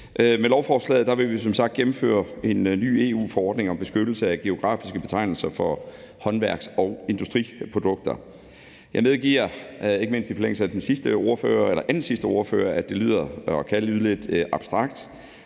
Med lovforslaget vil vi som sagt gennemføre en ny EU-forordning om beskyttelse af geografiske betegnelser for håndværks- og industriprodukter. Jeg medgiver, ikke mindst i forlængelse af den andensidste ordfører, at det lyder eller kan lyde lidt abstrakt,